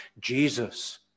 Jesus